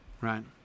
Right